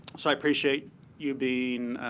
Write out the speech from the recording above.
so i appreciate you've been